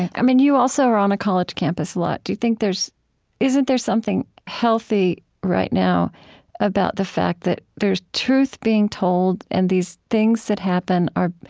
i mean you also are on a college campus a lot do you think there's isn't there something healthy right now about the fact that there's truth being told? and these things that happen are